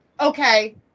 Okay